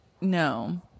No